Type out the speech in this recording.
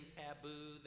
taboo